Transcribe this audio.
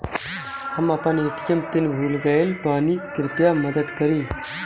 हम अपन ATM PIN भूल गएल बानी, कृपया मदद करीं